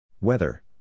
Weather